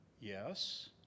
Yes